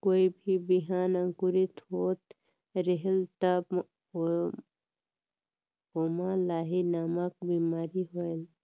कोई भी बिहान अंकुरित होत रेहेल तब ओमा लाही नामक बिमारी होयल?